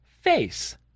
face